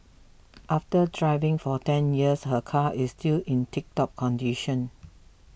after driving for ten years her car is still in tiptop condition